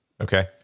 Okay